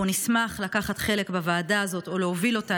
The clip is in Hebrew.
אנחנו נשמח לקחת חלק בוועדה הזאת או להוביל אותה,